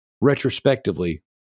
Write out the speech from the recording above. retrospectively